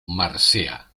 marcea